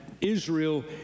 Israel